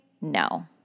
No